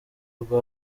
rwa